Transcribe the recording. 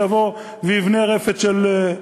שיבוא ויבנה רפת של,